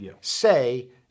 say